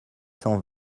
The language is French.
cent